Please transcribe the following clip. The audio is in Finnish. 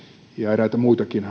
eräitä muitakin